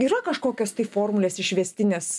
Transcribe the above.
yra kažkokios tai formulės išvestinės